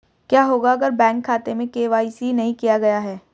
क्या होगा अगर बैंक खाते में के.वाई.सी नहीं किया गया है?